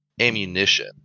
ammunition